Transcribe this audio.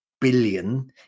billion